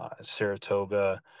Saratoga